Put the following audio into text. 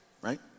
right